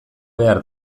behar